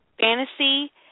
fantasy